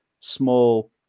small